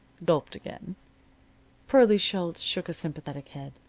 gulped again pearlie schultz shook a sympathetic head.